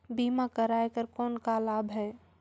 बीमा कराय कर कौन का लाभ है?